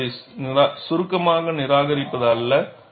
நீங்கள் சுருக்கமாக நிராகரிப்பது அல்ல